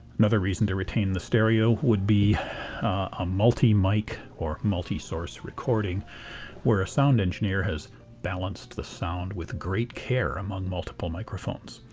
another reason to retain the stereo would be a multi-mic or multi-source recording where a sound engineer has balanced the sound with great care among multiple microphones.